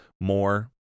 more